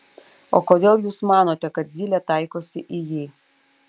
o kodėl jūs manote kad zylė taikosi į jį